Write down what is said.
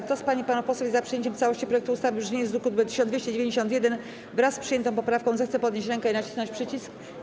Kto z pań i panów posłów jest za przyjęciem w całości projektu ustawy w brzmieniu z druku nr 1291, wraz z przyjętą poprawką, zechce podnieść rękę i nacisnąć przycisk.